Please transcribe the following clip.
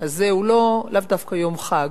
שאמרתי שהיום הזה הוא לאו דווקא יום חג,